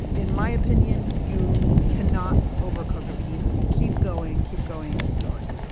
in my opinion, you cannot overcook a bean. keep going, keep going, keep going.